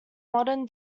modern